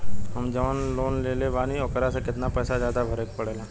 हम जवन लोन लेले बानी वोकरा से कितना पैसा ज्यादा भरे के पड़ेला?